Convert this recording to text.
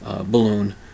balloon